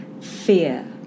fear